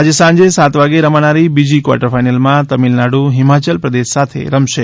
આજે સાંજે સાત વાગે રમાનારી બીજી ક્વાર્ટર ફાઇનલમાં તમિલનાડુ હિમાયલ પ્રદેશ સાથે રમશે